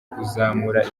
kuzamura